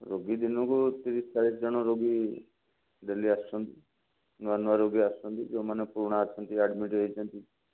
ରୋଗୀ ଦିନକୁ ତିରିଶ ଚାଳିଶ ଜଣ ରୋଗୀ ଡେଲି ଆସୁଛନ୍ତି ନୂଆ ନୂଆ ରୋଗୀ ଆସୁଛନ୍ତି ଯେଉଁମାନେ ପୁରୁଣା ଅଛନ୍ତି ଆଡ଼ମିଟ୍ ହେଇଛନ୍ତି